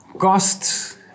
Costs